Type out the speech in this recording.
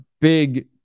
big